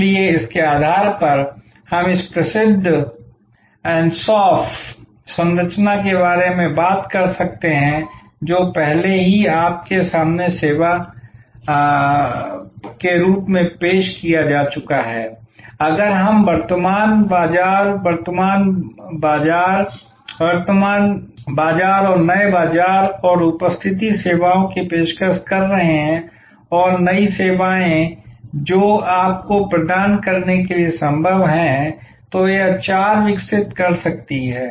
इसलिए इसके आधार पर हम इस प्रसिद्ध अनसॉफ संरचना के बारे में बात कर सकते हैं जो पहले ही आपके सामने पेश कर चुका है कि अगर हम वर्तमान बाजार वर्तमान बाजार नए बाजार और उपस्थिति सेवाओं की पेशकश कर रहे हैं और नई सेवाएं जो आपको प्रदान करने के लिए संभव हैं तो यह चार विकसित कर सकती हैं